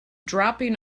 dropping